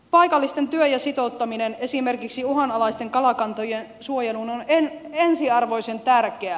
paikallisten työ ja sitouttaminen esimerkiksi uhanalaisten kalakantojen suojeluun on ensiarvoisen tärkeää